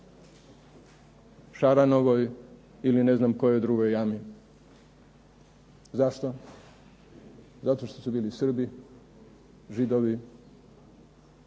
šaranovoj ili ne znam kojoj drugoj jami. Zašto? Zato što su bili Srbi, Židovi,